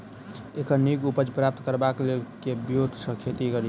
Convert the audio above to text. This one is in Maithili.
एखन नीक उपज प्राप्त करबाक लेल केँ ब्योंत सऽ खेती कड़ी?